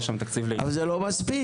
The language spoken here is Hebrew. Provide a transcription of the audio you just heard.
אבל זה לא מספיק.